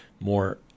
more